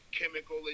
chemical